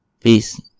Peace